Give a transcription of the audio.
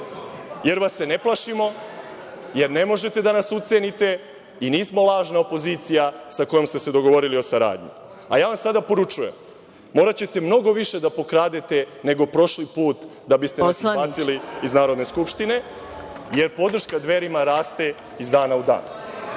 jer vas se ne plašimo, jer ne možete da nas ucenite i nismo lažna opozicija sa kojom ste se dogovorili o saradnji. Ja vam sada poručujem, moraćete mnogo više da pokradete nego prošli put da biste nas izbacili iz Narodne skupštine, jer podrška Dverima raste iz dana u dan.Za